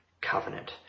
covenant